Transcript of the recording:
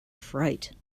fright